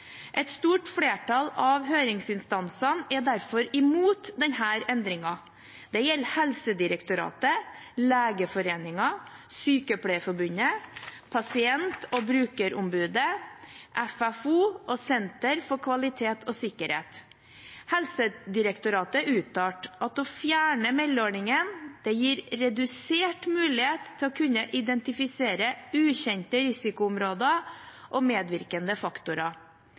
Et stort flertall av høringsinstansene er derfor imot denne endringen. Det gjelder Helsedirektoratet, Legeforeningen, Sykepleierforbundet, Pasient- og brukerombudet, FFO og Senter for kvalitet og sikkerhet i helsetjenesten. Helsedirektoratet uttalte at å fjerne meldeordningen gir redusert mulighet til å kunne identifisere ukjente risikoområder og medvirkende faktorer.